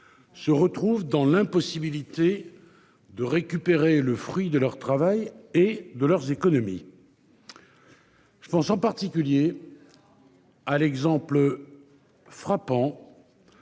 Se retrouvent dans l'impossibilité de récupérer le fruit de leur travail et de leurs économies. Je pense en particulier. À l'exemple. Frappant.